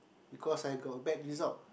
because I got a bad result